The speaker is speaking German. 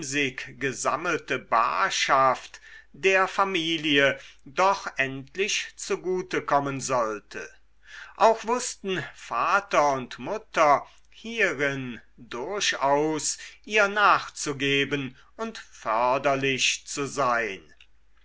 gesammelte barschaft der familie doch endlich zugute kommen sollte auch wußten vater und mutter hierin durchaus ihr nachzugeben und förderlich zu sein